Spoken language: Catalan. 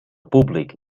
públic